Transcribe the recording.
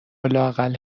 لااقل